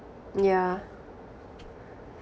yeah